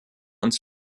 uns